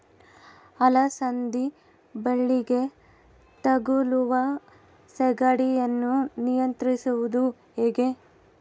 ಅಲಸಂದಿ ಬಳ್ಳಿಗೆ ತಗುಲುವ ಸೇಗಡಿ ಯನ್ನು ನಿಯಂತ್ರಿಸುವುದು ಹೇಗೆ?